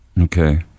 Okay